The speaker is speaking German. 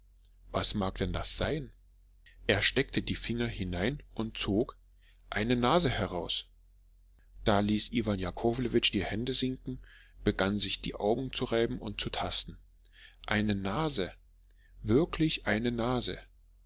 was mag denn das sein er steckte die finger hinein und zog eine nase heraus da ließ iwan jakowlewitsch die hände sinken begann sich die augen zu reiben und zu tasten eine nase wirklich eine nase